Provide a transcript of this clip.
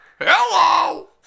Hello